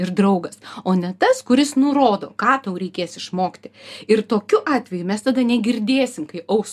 ir draugas o ne tas kuris nurodo ką tau reikės išmokti ir tokiu atveju mes tada negirdėsim kai aus